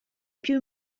più